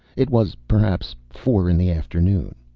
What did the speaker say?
it was perhaps four in the afternoon.